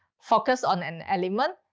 focus on an element,